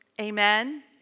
Amen